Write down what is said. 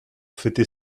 fêter